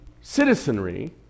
citizenry